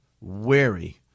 wary